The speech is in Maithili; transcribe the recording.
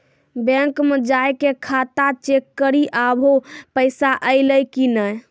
बैंक मे जाय के खाता चेक करी आभो पैसा अयलौं कि नै